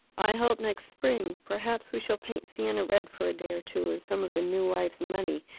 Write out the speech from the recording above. i hope next spring. perhaps we shall paint siena red for a day or two with some of the new wife's money.